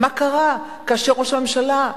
מה קרה כאשר ראש הממשלה,